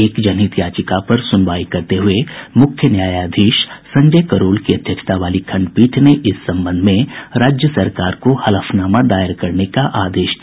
एक जनहित याचिका पर सुनवाई करते हुये मुख्य न्यायाधीश संजय करोल की अध्यक्षता वाली खण्डपीठ ने इस संबंध में राज्य सरकार को हलफनामा दायर करने का आदेश दिया